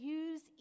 use